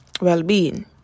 well-being